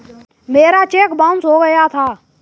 मेरा cheque bounce हो गया था